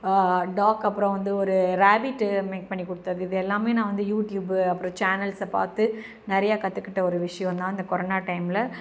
talk அப்புறம் வந்து ஒரு ரேபிட்டு மேக் பண்ணி கொடுத்தது இது எல்லாமே நான் வந்து யூடியூப்பு அப்புறம் சேனல்ஸ்ஸை பார்த்து நிறையா கற்றுக்கிட்ட ஒரு விஷயந்தான் அந்த கொரோனா டைம்ல